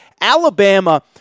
Alabama